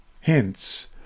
Hence